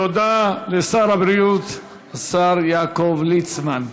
תודה לשר הבריאות יעקב ליצמן.